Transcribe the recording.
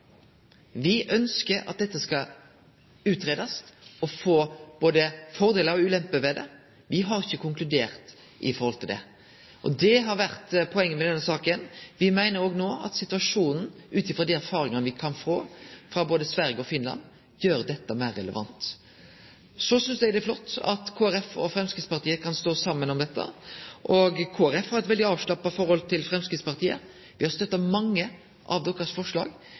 Vi ønskjer at dette skal utgreiast, for å få både fordelar og ulemper ved det. Vi har ikkje konkludert i forhold til det. Det har vore poenget med denne saka. Vi meiner no at situasjonen, ut frå dei erfaringane vi kan henta frå både Sverige og Finland, gjer dette meir relevant. Så synest eg det er flott at Kristeleg Folkeparti og Framstegspartiet kan stå saman om dette, og Kristeleg Folkeparti har eit veldig avslappa forhold til Framstegspartiet. Vi har støtta mange av deira forslag.